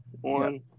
one